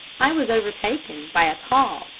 i was overtaken by a tall,